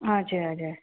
हजुर हजुर